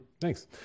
Thanks